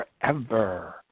forever